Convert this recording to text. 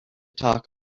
talk